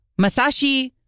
Masashi